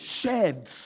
Sheds